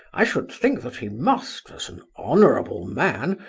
i should think that he must, as an honourable man,